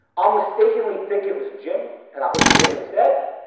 i'll mistakenly think it was jim, and i'll hit jim instead,